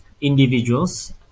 individuals